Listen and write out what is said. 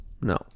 no